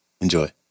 Enjoy